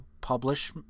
publish